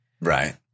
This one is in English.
Right